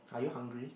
are you hungry